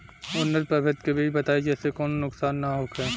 उन्नत प्रभेद के बीज बताई जेसे कौनो नुकसान न होखे?